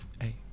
Hey